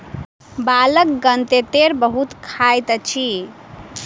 बालकगण तेतैर बहुत खाइत अछि